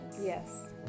Yes